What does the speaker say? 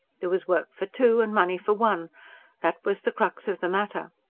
there was work for two and money for one that was the crux of the matter.